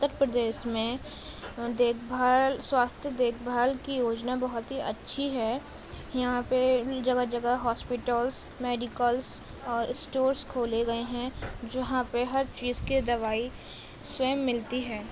اتر پردیش میں دیکھ بھال سواستھ دیکھ بھال کی یوجنا بہت ہی اچھی ہے یہاں پہ جگہ جگہ ہاسپٹلس میڈیکلس اور اسٹورس کھولے گئے ہیں جہاں پہ ہر چیز کی دوائی سویم ملتی ہے